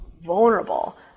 vulnerable